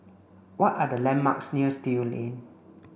what are the landmarks near Still Lane